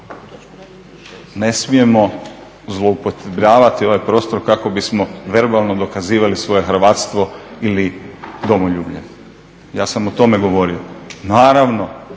ne smijemo zloupotrebljavati ovaj prostor kako bismo verbalno dokazivali svoje hrvatstvo ili domoljublje, ja sam o tome govorio. Naravno